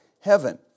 heaven